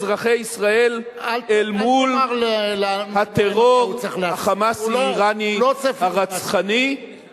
של אזרחי ישראל אל מול הטרור ה"חמאסי"-האירני הרצחני.